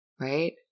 right